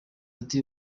ati